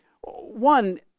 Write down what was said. One